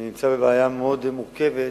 אני נמצא בבעיה מאוד מורכבת,